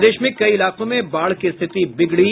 प्रदेश में कई इलाकों में बाढ़ की स्थिति बिगड़ी